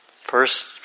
First